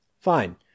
Fine